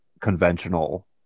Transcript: conventional